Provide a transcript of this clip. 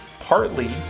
partly